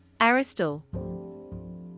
Aristotle